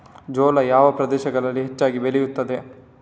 ಜೋಳ ಯಾವ ಪ್ರದೇಶಗಳಲ್ಲಿ ಹೆಚ್ಚಾಗಿ ಬೆಳೆಯುತ್ತದೆ?